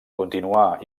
continuar